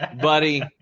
buddy